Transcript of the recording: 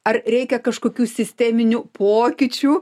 ar reikia kažkokių sisteminių pokyčių